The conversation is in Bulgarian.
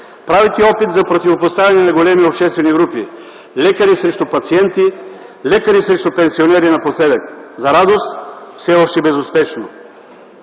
правите опит за противопоставяне на големи обществени групи: лекари срещу пациенти, лекари срещу пенсионери напоследък, за радост, все още са безуспешен.